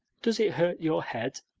does it hurt your head?